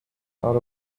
out